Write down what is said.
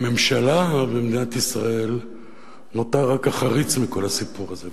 לממשלה במדינת ישראל נותר רק החריץ מכל הסיפור הזה,